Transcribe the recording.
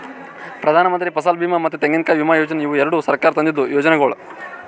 ಪ್ರಧಾನಮಂತ್ರಿ ಫಸಲ್ ಬೀಮಾ ಮತ್ತ ತೆಂಗಿನಕಾಯಿ ವಿಮಾ ಯೋಜನೆ ಇವು ಎರಡು ಸರ್ಕಾರ ತಂದಿದ್ದು ಯೋಜನೆಗೊಳ್